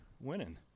winning